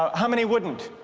um how many wouldn't?